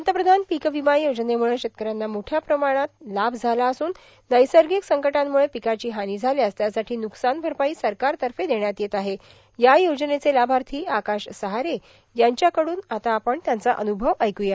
पंतप्रधान पीक विमा योजनेमुळे शेतकऱ्यांना मोठ्या प्रमाणात लाभ झाला असून नैसर्गिक संकटांमुळे पिकाची हानी झाल्यास त्यासाठी न्कसान भरपाई सरकारतर्फे देण्यात येत आहे या योजनेचे लाभार्थी आकाश सहारे यांच्याकडून आता आपण त्यांचा अन्भव ऐकूया